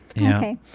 Okay